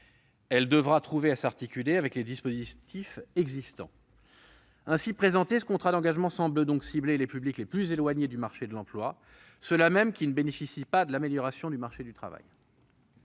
meilleure manière de l'articuler avec les dispositifs existants. Ainsi présenté, ce contrat d'engagement semble cibler les publics les plus éloignés du marché de l'emploi, ceux-là mêmes qui ne bénéficient pas de l'amélioration du marché du travail.